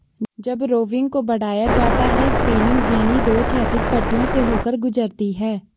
जब रोविंग को बढ़ाया जाता है स्पिनिंग जेनी दो क्षैतिज पट्टियों से होकर गुजरती है